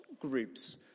groups